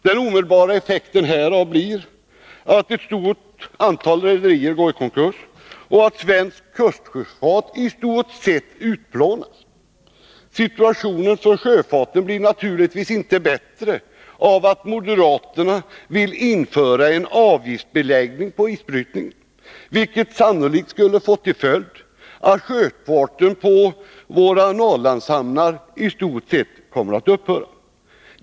Den omedelbara effekten härav blir att ett stort antal rederier går i konkurs och att svensk kustsjöfart i stort sett utplånas. Situationen för sjöfarten blir naturligtvis inte bättre av att moderaterna vill införa en avgiftsbeläggning på isbrytningen. Det skulle sannolikt få till följd att sjöfarten på våra Norrlandshamnar i stort sett upphörde.